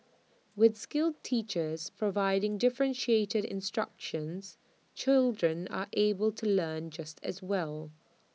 with skilled teachers providing differentiated instruction children are able to learn just as well